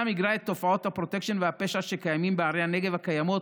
הממשלה כבר מיגרה את תופעות הפרוטקשן והפשע שקיימות בערי הנגב הקיימות,